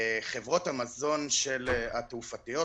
חברות המזון התעופתיות,